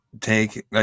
take